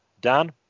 Dan